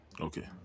Okay